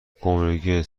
گمرکی